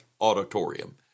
auditorium